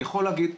אני יכול להגיד,